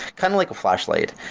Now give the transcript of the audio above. kind of like a flashlight.